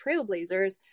trailblazers